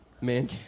Man